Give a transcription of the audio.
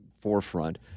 forefront